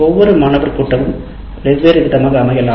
ஒவ்வொரு மாணவர் கூட்டமும் வெவ்வேறு விதமாக அமையலாம்